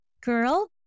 girl